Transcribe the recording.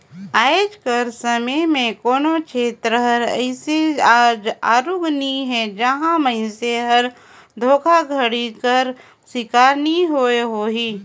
आएज कर समे में कोनो छेत्र हर अइसे आरूग नी हे जिहां मइनसे हर धोखाघड़ी कर सिकार नी होइस होही